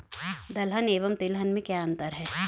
दलहन एवं तिलहन में क्या अंतर है?